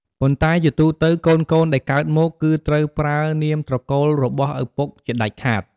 ប៉ុន្តែជាទូទៅ កូនៗដែលកើតមក គឺត្រូវប្រើនាមត្រកូលរបស់ឪពុកជាដាច់ខាត។